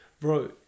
bro